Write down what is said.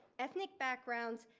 ethnic backgrounds,